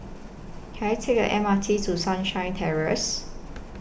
Can I Take A M R T to Sunshine Terrace